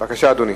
בבקשה, אדוני.